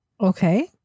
okay